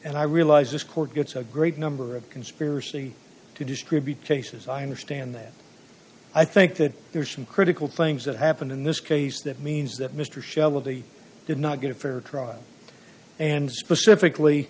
and i realize this court gets a great number of conspiracy to distribute cases i understand that i think that there are some critical things that happened in this case that means that mr shell of the did not get a fair trial and specifically